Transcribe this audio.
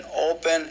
open